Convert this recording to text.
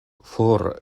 for